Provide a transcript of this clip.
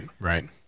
right